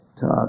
talk